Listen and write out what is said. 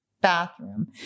bathroom